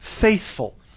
faithful